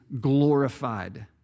glorified